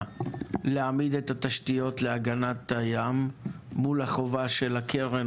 להעמיד את התשתיות להגנת הים מול החובה של הקרן,